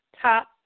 top